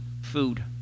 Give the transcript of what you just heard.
food